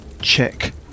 check